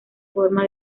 forma